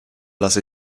lasse